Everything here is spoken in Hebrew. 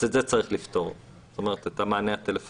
אז את זה צריך לפתור, כלומר את המענה הטלפוני.